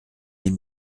les